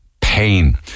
pain